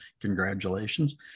Congratulations